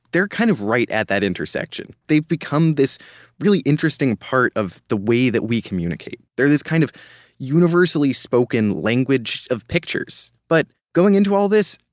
they're kind of right at that intersection. they've become this really interesting part of the way that we communicate. they're this kind of universally spoken language of pictures. but going into all this,